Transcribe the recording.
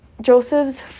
Joseph's